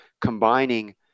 combining